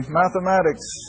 mathematics